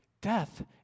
death